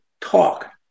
talk